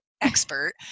expert